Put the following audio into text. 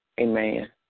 Amen